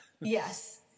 Yes